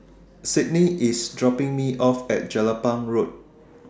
Sydney IS dropping Me off At Jelapang Road